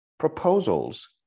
Proposals